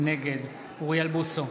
נגד אוריאל בוסו,